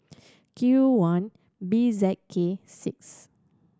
Q one B Z K six